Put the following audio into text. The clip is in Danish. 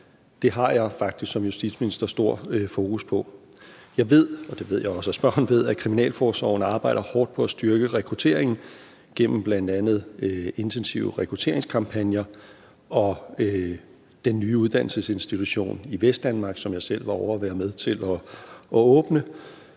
Det har jeg faktisk som justitsminister stor fokus på. Jeg ved, og det ved jeg også at spørgeren ved, at kriminalforsorgen arbejder hårdt på at styrke rekrutteringen gennem bl.a. intensive rekrutteringskampagner og den nye uddannelsesinstitution i Vestdanmark, som jeg selv var ovre at være med til at åbne.